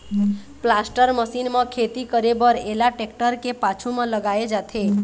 planter machine म खेती करे बर एला टेक्टर के पाछू म लगाए जाथे